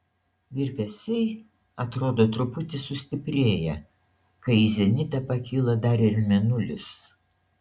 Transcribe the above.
virpesiai atrodo truputį sustiprėja kai į zenitą pakyla dar ir mėnulis